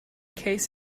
case